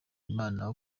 imana